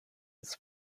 his